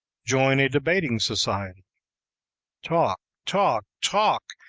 join a debating society talk, talk, talk,